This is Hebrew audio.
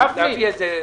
אעשה את זה.